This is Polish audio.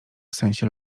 sensie